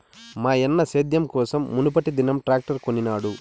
మాయన్న సేద్యం కోసం మునుపటిదినం ట్రాక్టర్ కొనినాడు